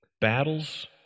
battles